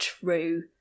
true